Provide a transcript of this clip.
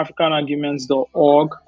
africanarguments.org